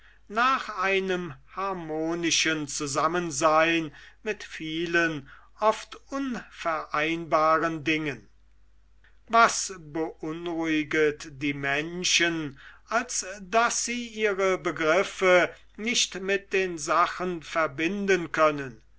nach einem harmonischen zusammensein mit vielen oft unvereinbaren dingen was beunruhiget die menschen als daß sie ihre begriffe nicht mit den sachen verbinden können